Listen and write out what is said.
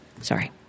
Sorry